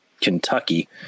kentucky